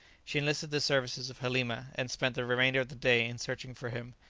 she enlisted the services of halima, and spent the remainder of the day in searching for him,